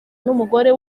n’umugore